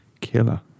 killer